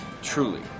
Truly